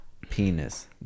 penis